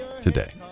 today